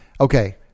Okay